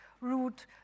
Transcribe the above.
route